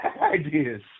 ideas